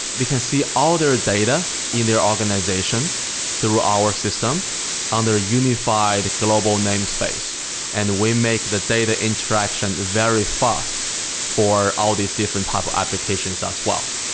we can see all their data in their organization through our system under a unified global namespace and we make the data interaction very fast for all these different type of applications as well.